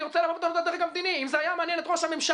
אני רוצה לבוא בטענות גם לדרג המדיני אם זה היה מעניין את ראש הממשלה,